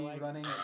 running